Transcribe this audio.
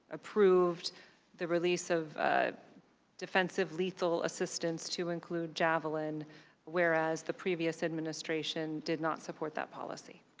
approved the release of defensive lethal assistance to include javelin where as the previous administration did not support that policy.